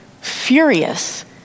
furious